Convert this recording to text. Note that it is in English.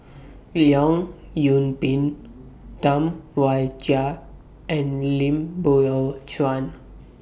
Leong Yoon Pin Tam Wai Jia and Lim Biow Chuan